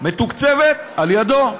מתוקצבת על ידיו.